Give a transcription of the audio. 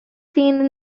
seen